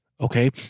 Okay